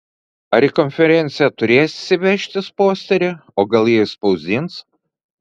ar į konferenciją turėsi vežtis posterį o gal jie išspausdins